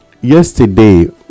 yesterday